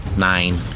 Nine